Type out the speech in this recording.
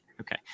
Okay